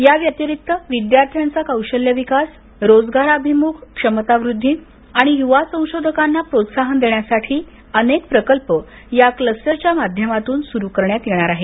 या व्यतिरिक्त काही विद्यार्थ्यांचा कौशल्य विकास रोजगाराभिमुख क्षमतावृद्वी युवा संशोधकांना प्रोत्साहन देण्यासाठी अनेक प्रकल्प या क्लस्टरच्या माध्यमातून सुरू करण्यात येणार आहेत